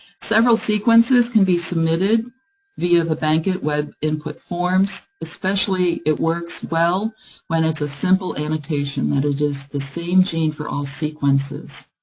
several sequences can be submitted via the bankit web input forms. especially, it works well when it's a simple annotation, and it is the same gene for all sequences.